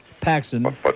Paxson